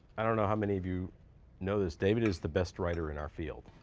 i don't know how many of you know this. david is the best writer in our field.